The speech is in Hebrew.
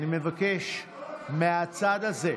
אני מבקש מהצד הזה,